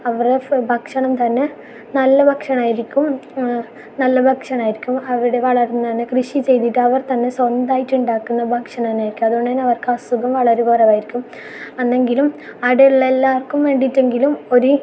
അവരുടെ ഭക്ഷണം തന്നെ നല്ല ഭക്ഷണായിരിക്കും നല്ല ഭക്ഷണമായിരിക്കും അവരുടെ വളം തന്നെ കൃഷി ചെയ്യ്തിട്ട് അവർ തന്നെ സ്വന്തമായിട്ട് ഉണ്ടാക്കുന്ന ഭക്ഷണം തന്നെ ആയിരിക്കും അത് കൊണ്ട് തന്നെ അവർക്ക് അസുഖം വളരെ കുറവായിരിക്കും അന്നെങ്കിലും അവിടെയുള്ള എല്ലാവർക്കും വേണ്ടിയിട്ട് എങ്കിലും ഒരു